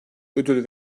ödül